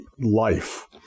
life